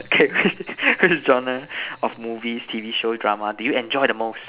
K which which genre of movie T V show drama do you enjoy the most